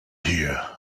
here